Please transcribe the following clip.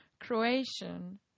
croatian